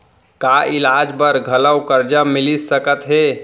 का इलाज बर घलव करजा मिलिस सकत हे?